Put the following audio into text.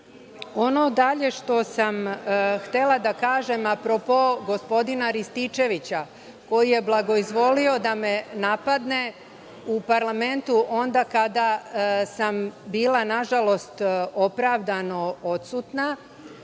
Obradović. Dalje, što sam htela da kažem, apropo gospodina Rističevića, koji je blagoizvolio da me napadne u parlamentu onda kada sam bila nažalost opravdano odsutna,